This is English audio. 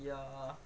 ya